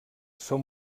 són